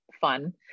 fun